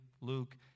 Luke